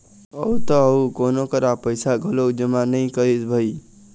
अउ त अउ कोनो करा पइसा घलोक जमा नइ करिस भई